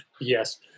Yes